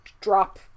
drop